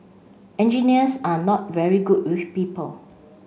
engineers are not very good with people